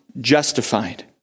justified